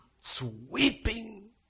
sweeping